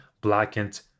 blackened